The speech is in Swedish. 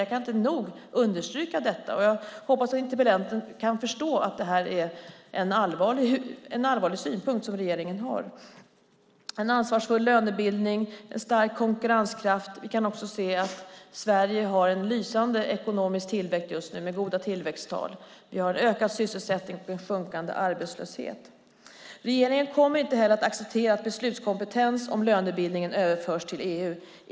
Jag kan inte nog understryka detta, och jag hoppas att interpellanten kan förstå att det är en allvarlig synpunkt som regeringen har. Det gäller en ansvarsfull lönebildning och stark konkurrenskraft. Vi kan se att Sverige har en lysande ekonomisk tillväxt just nu, med goda tillväxttal. Vi har en ökad sysselsättning och en sjunkande arbetslöshet. Regeringen kommer inte heller att acceptera att beslutskompetens om lönebildningen överförs till EU.